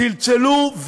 צלצלו,